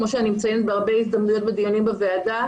כמו שאני מציינת בהרבה הזדמנויות ודיונים בוועדה,